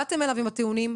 באתם אליו עם הטיעונים,